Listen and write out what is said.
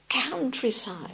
countryside